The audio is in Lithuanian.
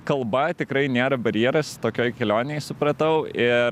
kalba tikrai nėra barjeras tokioj kelionėj supratau ir